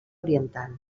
oriental